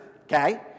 okay